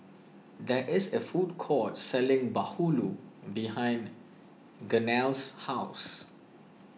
there is a food court selling Bahulu behind Gaynell's house